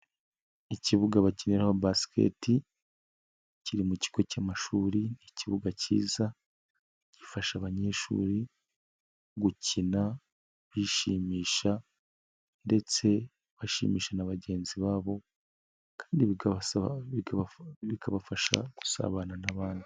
Ikibuga bakinira basiketi kiri mu kigo cy'amashuri, ni ikibuga kiza gifasha abanyeshuri gukina, kwishimisha ndetse bashimisha na bagenzi babo kandi bikabasaba bikabafasha gusabana n'abantu.